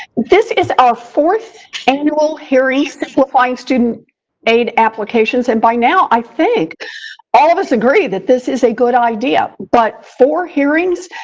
this is our fourth annual hearing simplifying student aid applications. and by now i think all of us agree that this is a good idea, but four hearings?